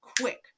quick